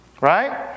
right